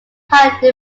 highly